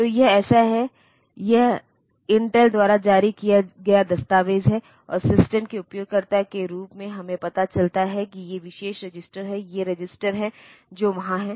तो यह ऐसा है यह इंटेल द्वारा जारी किया गया दस्तावेज़ है और सिस्टम के उपयोगकर्ता के रूप में हमें पता चलता है कि ये विशेष रजिस्टर हैं ये रजिस्टर हैं जो वहाँ हैं